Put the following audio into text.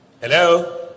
Hello